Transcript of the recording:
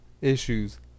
issues